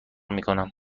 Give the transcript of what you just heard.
میکنم